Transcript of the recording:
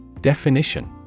Definition